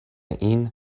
این